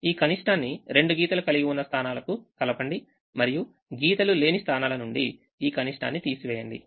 ఈ కనిష్టాన్ని రెండు గీతలు కలిగి ఉన్న స్థానాలకు కలపండి మరియు గీతలు లేని స్థానాల నుండి ఈ కనిష్టాన్ని తీసివేయండి